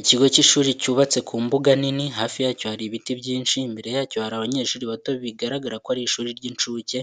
Ikigo cy'ishuri cyubatse ku mbuga nini, hafi yacyo hari ibiti byinshi, imbere yacyo hari abanyeshuri bato bigaragara ko ari ishuri ry'incuke,